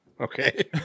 Okay